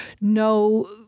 no